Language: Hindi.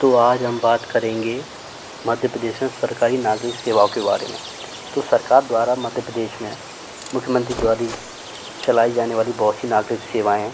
तो आज हम बात करेंगे मध्य प्रदेश में सरकारी नागरिक सेवाओं के बारें में तो सरकार द्वारा मध्य प्रदेश में मुख्यमंत्री द्वारा चलाई जाने वाली बहुत सी नागरिक सेवाऍं हैं